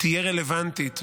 תהיה רלוונטית,